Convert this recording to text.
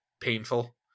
painful